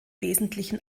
wesentlichen